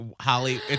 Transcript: Holly